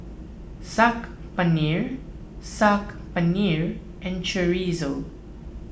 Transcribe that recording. Saag Paneer Saag Paneer and Chorizo